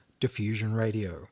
DiffusionRadio